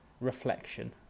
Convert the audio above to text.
reflection